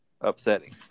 upsetting